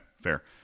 fair